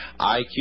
IQ